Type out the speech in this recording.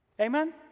Amen